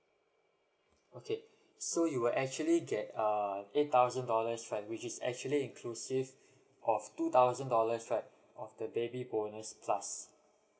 okay so you will actually get um eight thousand dollars right which is actually inclusive of two thousand dollars right of the baby bonus plus